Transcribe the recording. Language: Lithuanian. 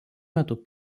metu